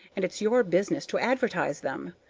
and it's your business to advertise them.